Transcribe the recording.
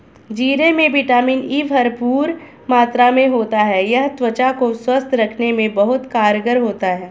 जीरे में vitamin E भरपूर मात्रा में होता है यह त्वचा को स्वस्थ रखने में बहुत कारगर होता है